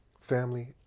family